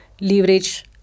leverage